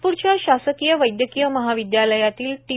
नागपूरच्या ासकीय वैद्यकीय महाविद्यालयातील टी